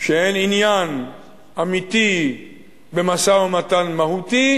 שאין עניין אמיתי במשא-ומתן מהותי,